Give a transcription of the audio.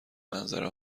منظره